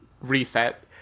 reset